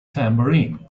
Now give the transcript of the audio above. tambourine